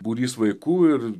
būrys vaikų ir